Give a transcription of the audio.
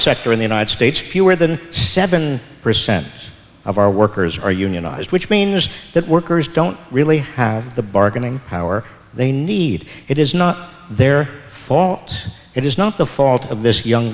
sector in the united states fewer than seven percent of our workers are unionized which means that workers don't really have the bargaining power they need it is not their fault it is not the fault of this young